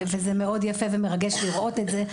וזה מאוד יפה ומרגש לראות את זה.